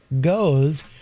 goes